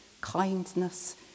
kindness